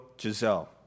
Giselle